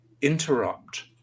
interrupt